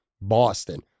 Boston